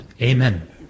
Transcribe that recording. Amen